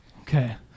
Okay